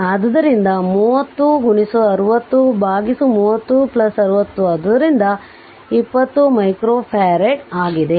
ಆದ್ದರಿಂದ 30 60 ಬೈ 30 60 ಆದ್ದರಿಂದ 20 ಮೈಕ್ರೋಫರಾಡ್ ಆಗಿದೆ